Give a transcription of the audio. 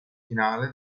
finale